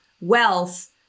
wealth